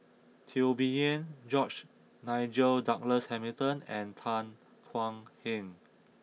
Teo Bee Yen George Nigel Douglas Hamilton and Tan Thuan Heng